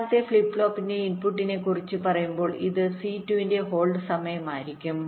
രണ്ടാമത്തെ ഫ്ലിപ്പ് ഫ്ലോപ്പിന്റെ ഇൻപുട്ടിനെക്കുറിച്ച് പറയുമ്പോൾ ഇത് സി 2 ന്റെ ഹോൾഡ് സമയമായിരിക്കും